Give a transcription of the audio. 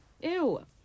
Ew